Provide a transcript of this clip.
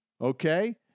Okay